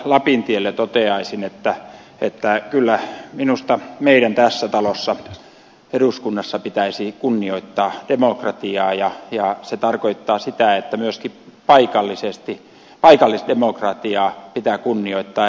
lapintielle toteaisin että kyllä minusta meidän tässä talossa eduskunnassa pitäisi kunnioittaa demokratiaa ja se tarkoittaa sitä että myöskin paikallisdemokratiaa pitää kunnioittaa